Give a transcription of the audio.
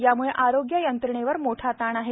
यामुळे आरोग्य यंत्रणेवर मोठा ताण आहे